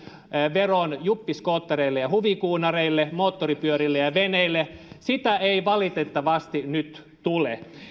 veron juppiskoottereille ja huvikuunareille moottoripyörille ja ja veneille sitä ei valitettavasti nyt tule